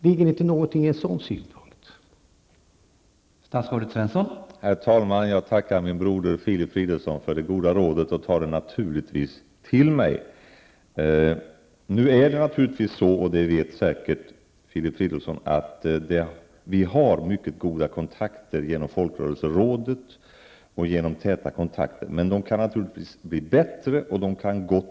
Ligger det inte någonting i en sådan synpunkt?